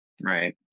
right